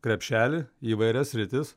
krepšelį įvairias sritis